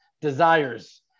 desires